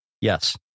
Yes